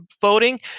voting